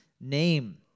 name